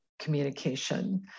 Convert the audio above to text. communication